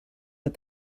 but